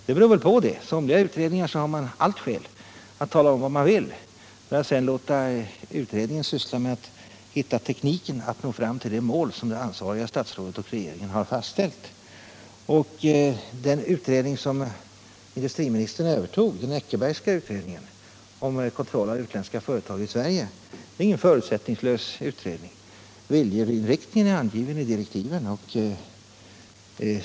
Det beror väl på; beträffande somliga utredningar har man allt skäl att tala om vad man vill för att sedan låta utredningen hitta tekniken att nå fram till det mål som det ansvariga statsrådet och regeringen har fastställt. Den Eckerbergska utredningen om kontroll av utländska företag i Sverige, som industriministern övertog, är ingen förutsättningslös utredning. Viljeinriktningen är angiven i direktiven.